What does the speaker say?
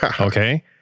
Okay